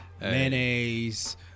mayonnaise